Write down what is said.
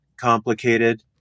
complicated